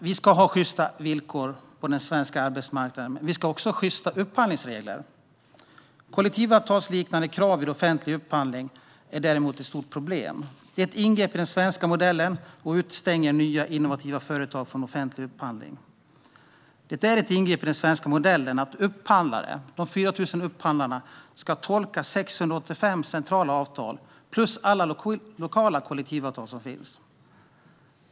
Vi ska ha sjysta villkor på den svenska arbetsmarknaden, men vi ska också ha sjysta upphandlingsregler. Kollektivavtalsliknande krav vid offentlig upphandling är däremot ett stort problem. Det är ett ingrepp i den svenska modellen och utestänger nya, innovativa företag från offentlig upphandling. Det är ett ingrepp i den svenska modellen att 4 000 upphandlare ska tolka 685 centrala avtal plus alla lokala kollektivavtal som finns.